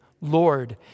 Lord